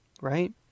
right